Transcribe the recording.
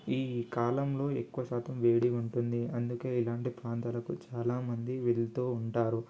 ఈ కాలంలో ఎక్కువశాతం వేడి ఉంటుంది అందుకే ఇలాంటి ప్రాంతాలకు చాలా మంది వెళ్తూ ఉంటారు